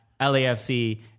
LAFC